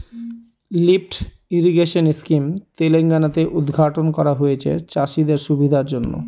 lift irrigation scheme Telangana তে উদ্ঘাটন করা হয়েছে চাষীদের সুবিধার জন্য